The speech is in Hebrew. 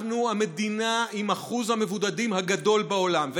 אנחנו המדינה עם אחוז המבודדים הגדול בעולם.